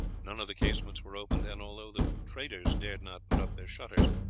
none of the casements were opened, and although the traders dared not put up their shutters,